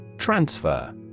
Transfer